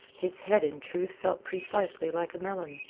his head, in truth, felt precisely like a melon,